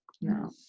No